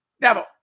devil